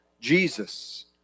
Jesus